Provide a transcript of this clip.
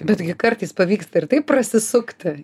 betgi kartais pavyksta ir taip prasisukti